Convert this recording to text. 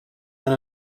and